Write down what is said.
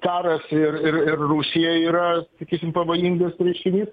karas ir ir ir rusijoj yra sakysim pavojingas reiškinys